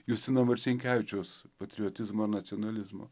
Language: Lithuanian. justino marcinkevičiaus patriotizmo nacionalizmo